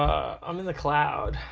um in the cloud.